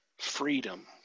freedom